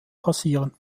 rasieren